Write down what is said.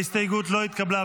ההסתייגות לא התקבלה.